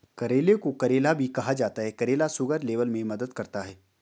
करेले को करेला भी कहा जाता है करेला शुगर लेवल में मदद करता है